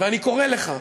ואני קורא לך,